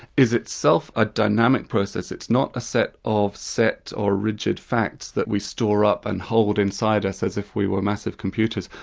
is itself a dynamic process, it's not a set of set or rigid facts that we store up and hold inside us as if we were massive computers.